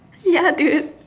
ya dude